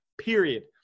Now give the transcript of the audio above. period